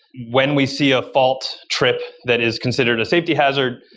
when we see a fault trip, that is considered a safety hazard,